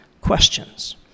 questions